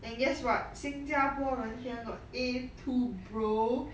and guess what 新加坡人 here got A two brother